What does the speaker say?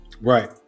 Right